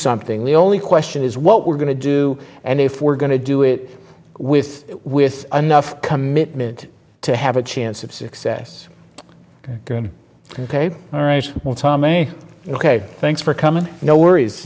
something the only question is what we're going to do and if we're going to do it with with anough commitment to have a chance of success going ok all right well tommy ok thanks for coming no worries